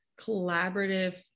collaborative